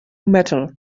metal